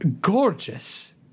gorgeous